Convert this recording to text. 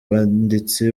banditsi